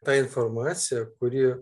tą informaciją kuri